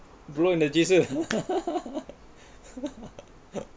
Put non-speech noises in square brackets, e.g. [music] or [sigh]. blow in the je~ [laughs]